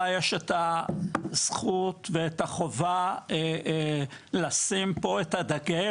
יש את הזכות ואת החובה לשים פה את הדגש,